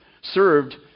served